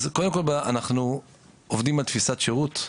אנחנו עובדים על תפיסת שירות,